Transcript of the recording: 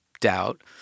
doubt